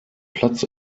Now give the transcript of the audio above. platz